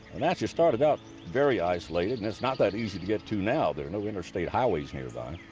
and actually started out very isolated, and it's not that easy to get to now. there are now interstate highways nearby,